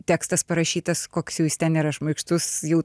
tekstas parašytas koks jau jis ten yra šmaikštus jau